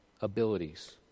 abilities